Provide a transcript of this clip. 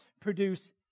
produce